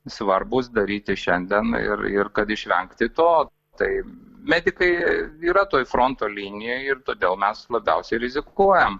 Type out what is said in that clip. svarbūs daryti šiandien ir ir kad išvengti to tai medikai yra toj fronto linijoj ir todėl mes labiausiai rizikuojam